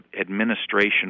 administration